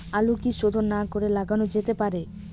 আলু কি শোধন না করে লাগানো যেতে পারে?